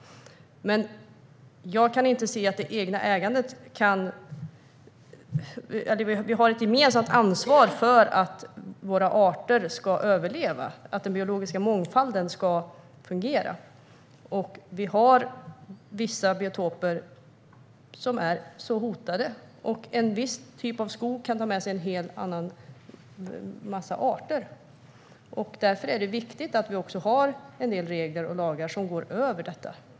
Men vi har ett gemensamt ansvar för att våra arter ska överleva och att den biologiska mångfalden ska fungera. Vi har vissa biotoper som är så hotade. En viss typ av skog för med sig en massa arter. Därför är det viktigt att vi har en del regler och lagar som går utöver detta.